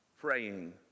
Praying